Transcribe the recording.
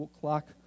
clock